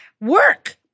work